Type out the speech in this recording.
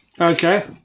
Okay